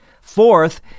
Fourth